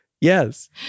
Yes